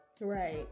Right